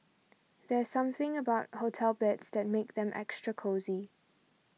there's something about hotel beds that makes them extra cosy